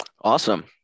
Awesome